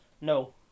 No